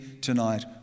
tonight